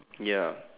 ya